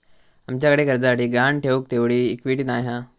आमच्याकडे कर्जासाठी गहाण ठेऊक तेवढी इक्विटी नाय हा